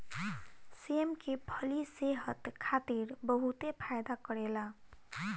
सेम के फली सेहत खातिर बहुते फायदा करेला